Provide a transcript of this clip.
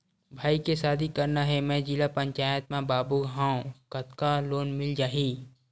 भाई के शादी करना हे मैं जिला पंचायत मा बाबू हाव कतका लोन मिल जाही?